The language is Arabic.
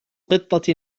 قطة